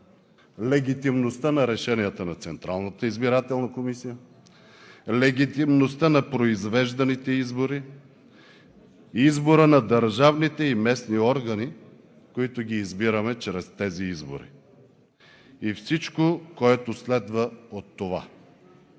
легитимността на решенията на Централната избирателна комисия, легитимността на произвежданите избори, избора на държавните и местните органи, които избираме чрез тези избори и всичко, което следва от това.